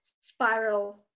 spiral